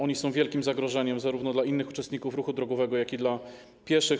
Oni są wielkim zagrożeniem zarówno dla innych uczestników ruchu drogowego, jak i dla pieszych.